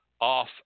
off